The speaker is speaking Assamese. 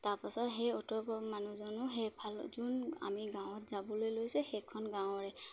তাৰাপাছত সেই অ'টৰ মানুহজনো সেইফালত যোন আমি গাঁৱত যাবলৈ লৈছোঁ সেইখন গাঁৱৰে